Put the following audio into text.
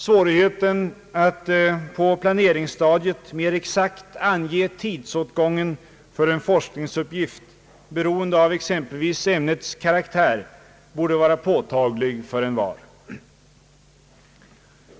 Svårigheten att på planeringsstadiet mer exakt ange tidsåtgången för en forskningsuppgift, beroende av exempelvis ämnets karaktär, borde vara påtaglig för envar.